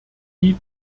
die